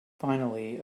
finally